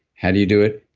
how do you do it?